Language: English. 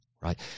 Right